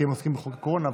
כי הם עוסקים בחוק הקורונה.